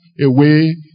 away